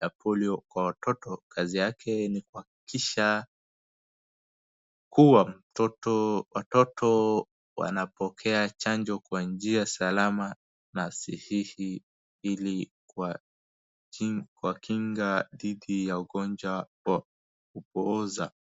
ya polio kwa watoto. Kazi yake ni kuhakikisha kuwa mtoto, watoto wanapokea chanjo kwa njia salama na sihihi ili kuwakin, kuwakinga dhidi ya ugonjwa wa kupooza.